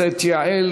העמדה?